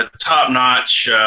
top-notch